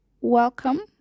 welcome